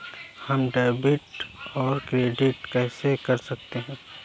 हम डेबिटऔर क्रेडिट कैसे कर सकते हैं?